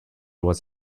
was